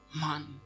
man